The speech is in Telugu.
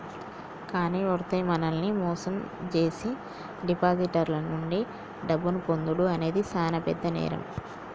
కానీ ఓరై మనల్ని మోసం జేసీ డిపాజిటర్ల నుండి డబ్బును పొందుడు అనేది సాన పెద్ద నేరం